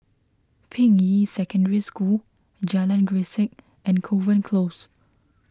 Ping Yi Secondary School Jalan Grisek and Kovan Close